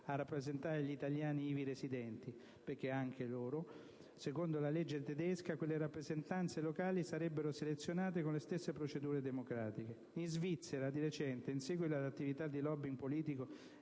a rappresentare gli italiani ivi residenti, perché anche secondo la legge tedesca quelle rappresentanze locali sarebbero selezionate con le stesse procedure democratiche. In Svizzera, di recente, in seguito all'attività di *lobbying* politica